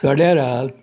सड्यार हात